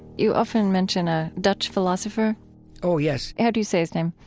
you often mention a dutch philosopher oh, yes how do you say his name?